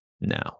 now